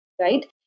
right